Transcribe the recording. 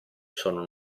sono